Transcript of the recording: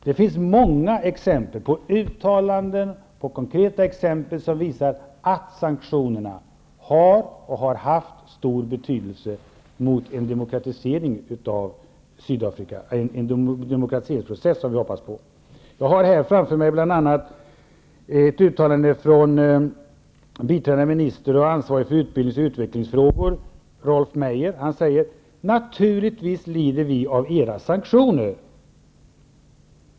Det finns många uttalanden och konkreta exempel som visar att sanktionerna har och har haft stor betydelse för en demokratiseringsprocess i Sydafrika. Jag har framför mig ett uttalande från biträdande minister och ansvarig för utvecklings och utbildningsfrågorna som säger så här: Naturligtvis lider vi av era sanktioner.